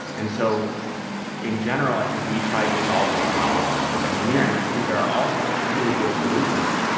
and so in general i think we tried to solve these problems with engineering. i think there are also equally good solutions,